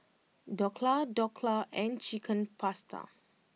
Dhokla Dhokla and Chicken Pasta